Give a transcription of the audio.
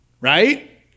Right